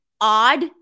odd